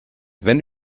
wenn